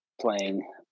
playing